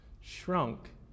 shrunk